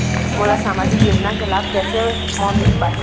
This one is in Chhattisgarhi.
मोला सामाजिक योजना के लाभ कैसे म मिल पाही?